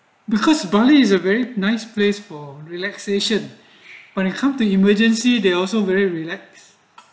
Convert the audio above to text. because bali is a very nice place for relaxation when it come to emergency they also very relax